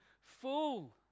fool